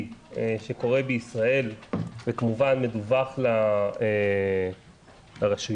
שקורה בישראל וכמובן מדווח לרשויות.